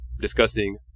discussing